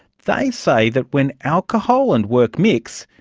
they say that when alcohol and work mix,